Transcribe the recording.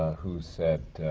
who said,